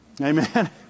Amen